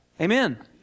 Amen